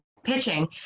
pitching